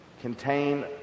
contain